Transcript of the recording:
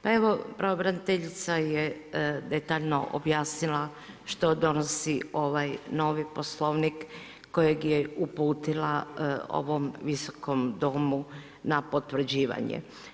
Pa evo pravobraniteljica je detaljno objasnila što donosi ovaj novi Poslovnik kojeg je uputila ovom Viskom domu na potvrđivanje.